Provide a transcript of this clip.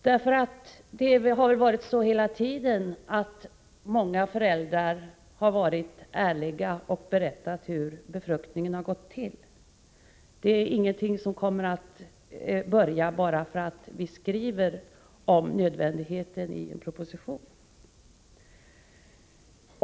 Hela tiden har det varit så att föräldrar har varit ärliga och berättat för barnen hur befruktningen har gått till. Det är alltså ingenting som kommer att ta sin början bara för att man skriver om nödvändigheten av det i en proposition.